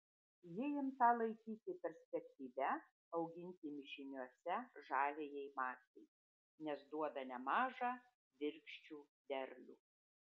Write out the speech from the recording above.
ji imta laikyti perspektyvia auginti mišiniuose žaliajai masei nes duoda nemažą virkščių derlių